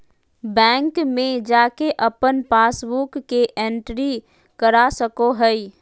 bank में जाके अपन पासबुक के एंट्री करा सको हइ